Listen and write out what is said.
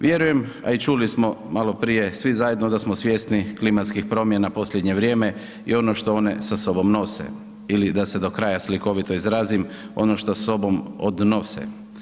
Vjerujem a i čuli smo maloprije svi zajedno da smo svjesni klimatskih promjena posljednje vrijeme i ono što one sa sobom nose ili da se do kraja slikovito izrazim, ono šta sobom odnose.